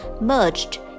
merged